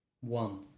One